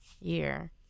year